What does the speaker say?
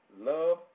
love